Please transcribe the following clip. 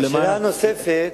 בשאלה הנוספת